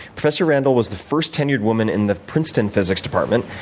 professor randall was the first tenured woman in the princeton physics department,